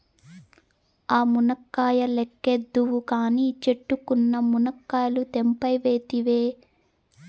ఆ మునక్కాయ లెక్కేద్దువు కానీ, చెట్టుకున్న మునకాయలు తెంపవైతివే